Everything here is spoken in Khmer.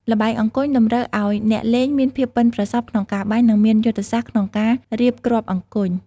ល្បែងអង្គញ់តម្រូវឲ្យអ្នកលេងមានភាពប៉ិនប្រសប់ក្នុងការបាញ់ និងមានយុទ្ធសាស្ត្រក្នុងការរៀបគ្រាប់អង្គញ់។